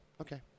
okay